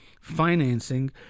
financing